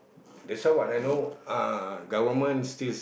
that's why what I know uh government still